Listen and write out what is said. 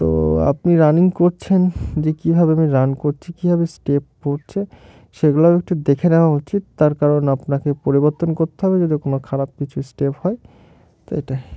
তো আপনি রানিং করছেন যে কীভাবে আমি রান করছি কীভাবে স্টেপ পড়ছে সেগুলোও একটু দেখে নেওয়া উচিত তার কারণ আপনাকে পরিবর্তন করতে হবে যদি কোনো খারাপ কিছু স্টেপ হয় তো এটাই